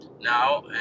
now